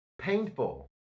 painful